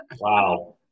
Wow